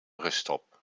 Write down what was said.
ruststop